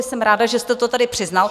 Jsem ráda, že jste to tady přiznal.